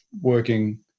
working